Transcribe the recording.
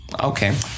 Okay